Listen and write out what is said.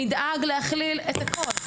נדאג להכליל את הכל.